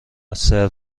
سرو